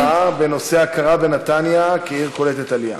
השאלה הבאה היא בנושא: הכרה בנתניה כעיר קולטת עלייה.